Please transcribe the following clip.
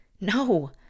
No